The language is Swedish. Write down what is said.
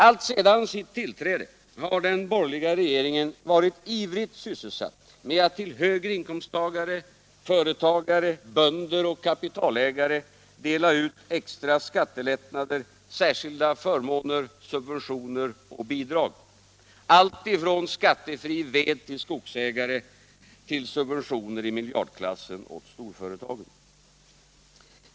Alltsedan sitt tillträde har den borgerliga regeringen varit ivrigt sysselsatt med att till högre inkomsttagare, företagare, bönder och kapitalägare dela ut extra skattelättnader, särskilda förmåner, subventioner och bidrag — alltifrån skattefri ved till skogsägare till subventioner i miljardklassen åt storföretagen.